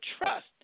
trust